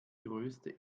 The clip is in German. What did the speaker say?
größte